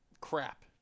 crap